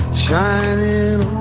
shining